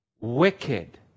wicked